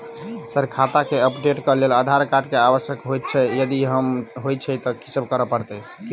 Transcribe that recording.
Sir खाता केँ update करऽ लेल आधार कार्ड केँ आवश्यकता होइ छैय यदि होइ छैथ की सब करैपरतैय?